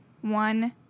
one